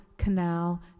Canal